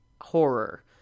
horror